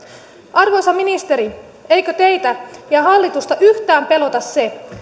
arvoisa ministeri eikö teitä ja hallitusta yhtään pelota se